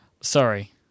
Sorry